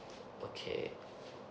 okay